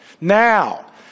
now